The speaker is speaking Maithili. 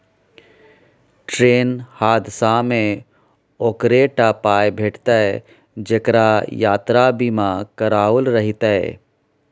ट्रेनक हादसामे ओकरे टा पाय भेटितै जेकरा यात्रा बीमा कराओल रहितै